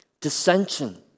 dissension